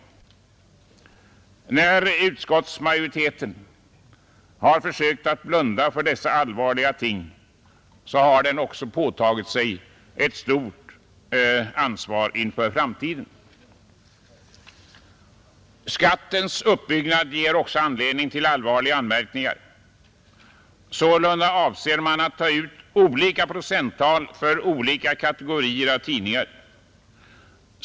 När utskottsmajoriteten har försökt att blunda för dessa allvarliga ting, har den också påtagit sig ett stort ansvar inför framtiden. Skattens uppbyggnad ger också anledning till allvarliga anmärkningar. Sålunda avser man att ta ut olika procenttal för olika kategorier av tidningar.